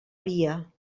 via